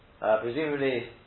presumably